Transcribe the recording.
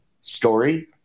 story